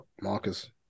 Marcus